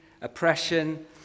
oppression